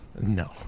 No